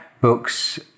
Books